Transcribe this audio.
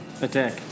Attack